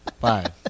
five